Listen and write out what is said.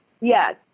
Yes